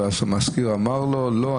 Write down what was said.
והמשכיר אמר לו: לא,